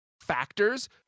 factors